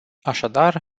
așadar